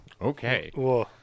Okay